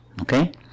okay